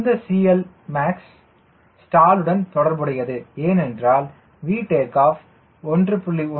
இந்த CLmax stall லுடன் தொடர்புடையது ஏனென்றால் Vtake off 1